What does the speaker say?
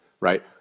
right